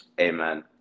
Amen